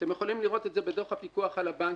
אתם יכולים לראות את זה בדוח הפיקוח על הבנקים.